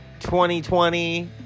2020